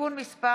(תיקון מס'